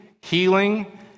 healing